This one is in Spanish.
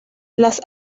las